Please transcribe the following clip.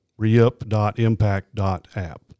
Reup.impact.app